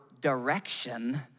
direction